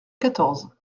quatorze